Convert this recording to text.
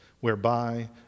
whereby